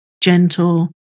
gentle